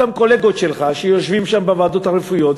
אותם קולגות שלך שיושבים שם בוועדות הרפואיות,